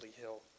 hill